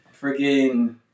Freaking